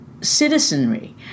citizenry